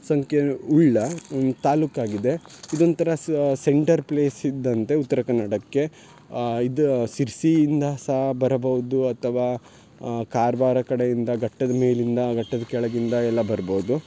ಸಂಖ್ಯೆ ಉಳ್ಳ ತಾಲೂಕಾಗಿದೆ ಇದೊಂದು ಥರ ಸೆಂಟರ್ ಪ್ಲೇಸ್ ಇದ್ದಂತೆ ಉತ್ತರಕನ್ನಡಕ್ಕೆ ಇದು ಶಿರ್ಸೀಯಿಂದ ಸಾ ಬರಬೌದು ಅಥವಾ ಕಾರ್ವಾರ ಕಡೆಯಿಂದ ಗಟ್ಟದ ಮೇಲಿಂದ ಗಟ್ಟದ ಕೆಳಗಿಂದ ಎಲ್ಲ ಬರ್ಬೌದು